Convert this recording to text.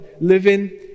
living